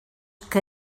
que